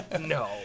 no